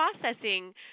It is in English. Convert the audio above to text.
processing